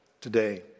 today